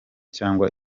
cyangwa